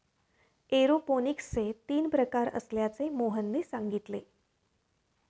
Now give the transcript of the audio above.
एरोपोनिक्सचे तीन प्रकार असल्याचे मोहनने सांगितले